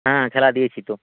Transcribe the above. হ্যাঁ খেলা দিয়েছি তো